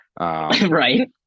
Right